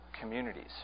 communities